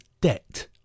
debt